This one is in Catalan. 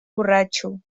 borratxo